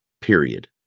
period